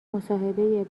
مصاحبه